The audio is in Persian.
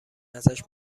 ازش